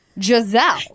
Giselle